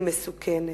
היא מסוכנת.